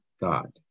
God